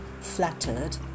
flattered